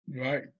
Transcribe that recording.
right